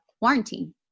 quarantine